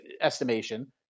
estimation